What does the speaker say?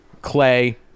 Clay